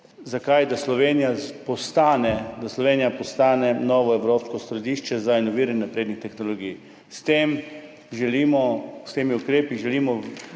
Zakaj? Da Slovenija postane novo evropsko središče za inoviranje naprednih tehnologij. S temi ukrepi želimo